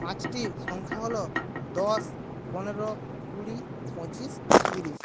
পাঁচটি সংখ্যা হলো দশ পনেরো কুড়ি পঁচিশ তিরিশ